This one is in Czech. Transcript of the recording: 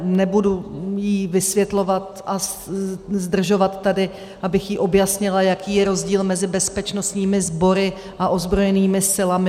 Nebudu jí vysvětlovat a zdržovat tady, abych jí objasnila, jaký je rozdíl mezi bezpečnostními sbory a ozbrojenými silami.